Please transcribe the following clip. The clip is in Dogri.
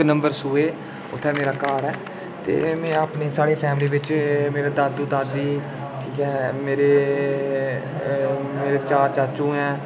इक्क नंबर सूऐ उत्थै मेरा घर ऐ ते अपनी साढ़ी फैमिली बिच मेरे दादू दादी ठीक ऐ मेरे चार चाचू न